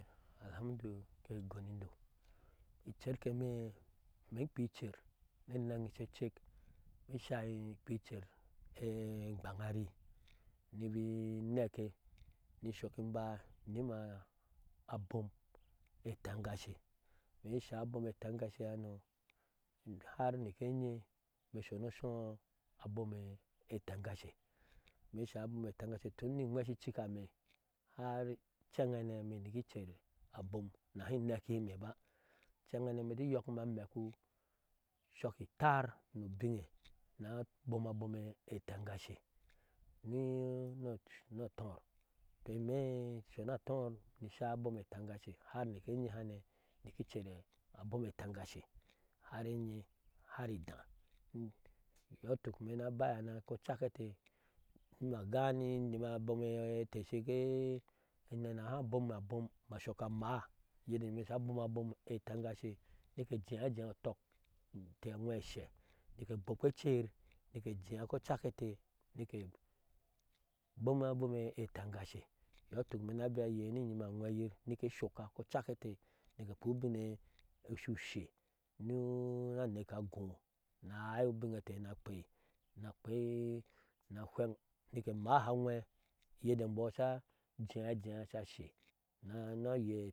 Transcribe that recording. Alhamdu k gonindo, kerke e imee, imee in kpea ivcer ni eneŋ shecek in shai akpea icer, egbang arii ni binnɛkke ni inshock in ba nyi ma abom e itengashe imee shin shao abom e itengashehano har nik enyee in sho ni oshiɔɔ abom e itengashe imee shin maa abom e itengashe tun ki inwɛɛ kika e imee har incɛnhane ni icer abom, in nahi inɛkihime ba, incenha imee inti iyɔkime amɛɛku ishok itar ni ubinne ni abom abom e itengashe ni ni ocui ni ator tɔɔ imee in sho ni atɔɔr ni ishai abom e itenggashe har nike enyehane nik icer abom e itenggashe har enye, har inda iyɔɔ ituk imeni abayana kocak inte ni ma gani, inyime abom ete shige ma naha abomi ma abom ma shok amaa uyede enyimme sha abom amaa uyede enyimme sha abom abom e itengashe ni ke ejea ajea utɔk inte aŋwɛɛ ashɛ nike gbokpo oceyir nike ejea ko cak inte nike ebom abom e itengashe iyɔ ituk imee ni ayei ni inyime angweyir kocak inte nike ekpea ubin shu ushee, ni aneke agoo ni a ai ubin ete ni akpeini akpei ni ahweŋ nike mahe angwɛ uyede. e imbɔɔ sha ajea jea sha shee nina yee.